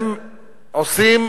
עושים